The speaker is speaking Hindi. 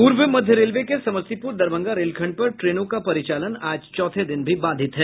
पूर्व मध्य रेलवे के समस्तीपूर दरभंगा रेलखंड पर ट्रेनों का परिचालन आज चौथे दिन भी बाधित है